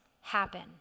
happen